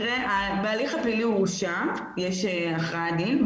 בהליך הפלילי הוא הורשע, יש הכרעת דין.